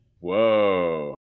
Whoa